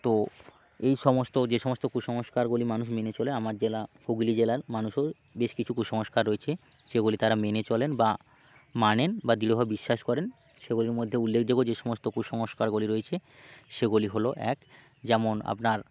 তো এই সমস্ত যে সমস্ত কুসংস্কারগুলি মানুষ মেনে চলে আমার জেলা হুগলি জেলার মানুষও বেশ কিছু কুসংস্কার রয়েছে সেগুলি তারা মেনে চলেন বা মানেন বা দৃঢ়ভাবে বিশ্বাস করেন সেগুলির মধ্যে উল্লেখযোগ্য যে সমস্ত কুসংস্কারগুলি রয়েছে সেগুলি হল এক যেমন আপনার